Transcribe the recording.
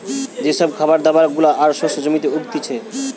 যে সব খাবার দাবার গুলা আর শস্য জমিতে উগতিচে